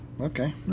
Okay